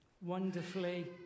Wonderfully